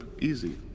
easy